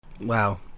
Wow